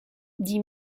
dit